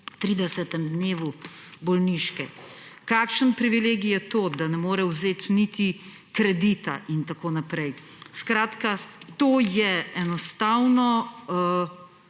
po 30. dnevu bolniške? Kakšen privilegij je to, da ne more vzeti niti kredita, in tako naprej? To je enostavno